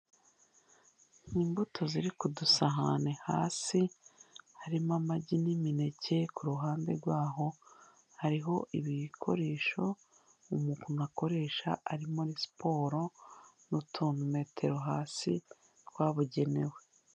Imbuto ziri kudusahane hasi, harimo amagi n'imineke, ku ruhande rwaho hariho ibikoresho umuntu akoresha ari muri siporo n'utumetero hasi twabugenewe.